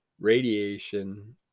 radiation